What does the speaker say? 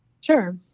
Sure